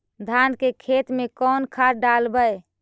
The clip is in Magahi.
धान के खेत में कौन खाद डालबै?